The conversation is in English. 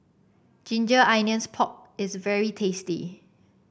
Ginger Onions Pork is very tasty